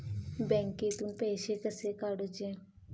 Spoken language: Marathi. बँकेतून पैसे कसे काढूचे?